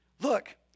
look